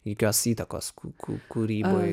jokios įtakos kū kū kūrybai